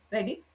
Ready